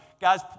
Guys